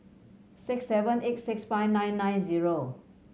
six seven eight six five nine nine zero